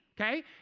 okay